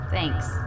Thanks